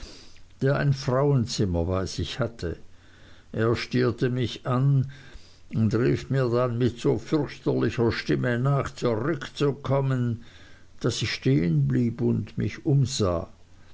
der ein frauenzimmer bei sich hatte er stierte mich an und rief mir dann mit so fürchterlicher stimme nach zurückzukommen daß ich stehen blieb und mich umsah